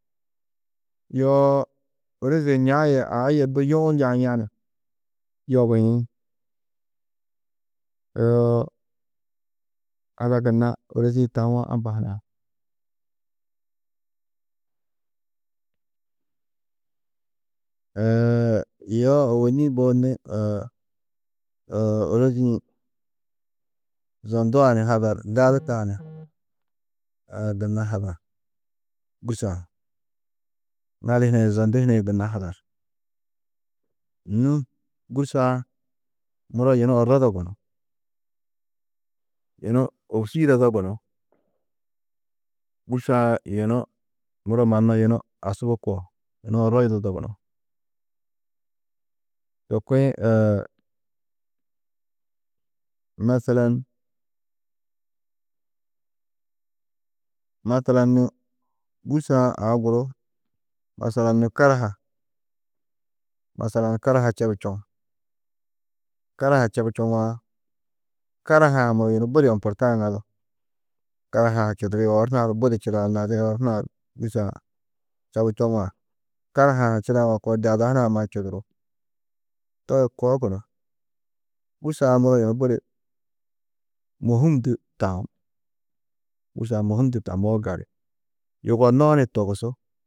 Yoo ôroze ña yê aa yê du yuũ yaîa ni yobiĩ, yoo ada gunna ôrozi-ĩ tawo amba hunã. yoo ôwonni mbo nû ôrozi-ĩ zondu-ã ni hadar, gali gunna hadar, gûrso-ã, gali hunã yê zondu hunã yê gunna hadar, nû gûrso-ã muro yunu orrodo gunú, yunu ôbusu yidado gunú, gûrso-ã yunu muro mannu yunu asubu koo, yunu orro yidado gunú, to kuĩ masalan, matalan nû gũrso-ã aũ guru, masalan nû karaha, masalan karaha čebu čoŋ, karaha čebu čoŋã, karaha-ã muro yunu budi umportã ŋadu karaha-ã čuduri oor hunã du budi čidaa, ŋadu oor hunã du gûrso-ã čebu čoŋã, karaha-ã ha čidawo koo di de ada hunã ha mannu čudurú, toi a koo gunú, gûrso-ã muro yunu budi môhum du taú, gûrso-ã môhum du tammoó gali, yugonnoó ni togusú.